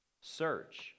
search